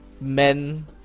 Men